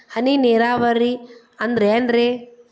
ಹನಿ ನೇರಾವರಿ ಅಂದ್ರೇನ್ರೇ?